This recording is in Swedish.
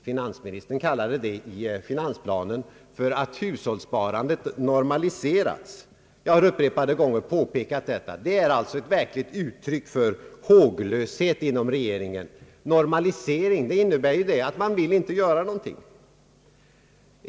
Finansministern kallade detta i finansplanen för att hushållssparandet hade »normaliserats«. Jag har upprepade gånger påpekat att detta verkligen är ett uttryck för håglöshet inom regeringen. »Normalisering« innebär bara att man inte vill göra någonting.